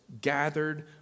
gathered